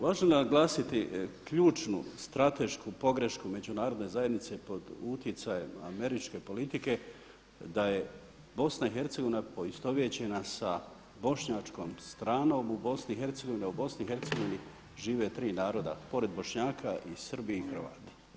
Važno je naglasiti ključnu, stratešku pogrešku Međunarodne zajednice pod utjecajem američke politike da je BiH poistovjećena sa bošnjačkom stranom u BiH-a a u BiH žive 3 naroda, pored Bošnjaka i Srbi i Hrvati.